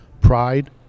pride